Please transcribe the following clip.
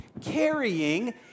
carrying